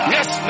Yes